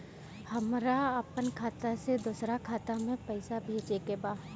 हमरा आपन खाता से दोसरा खाता में पइसा भेजे के बा